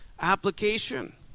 application